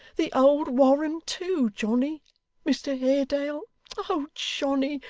the old warren too, johnny mr haredale oh, johnny,